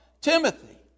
Timothy